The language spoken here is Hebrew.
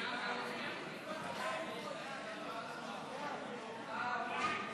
חוק הכניסה לישראל (תיקון מס' 31),